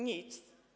Nic.